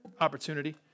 opportunity